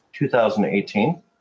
2018